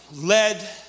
led